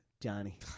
johnny